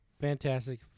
Fantastic